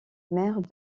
maire